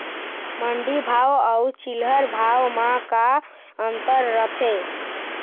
मंडी भाव अउ चिल्हर भाव म का अंतर रथे?